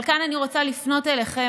אבל כאן אני רוצה לפנות אליכם,